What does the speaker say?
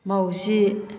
माउजि